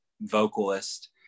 vocalist